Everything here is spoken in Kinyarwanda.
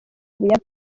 buyapani